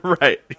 Right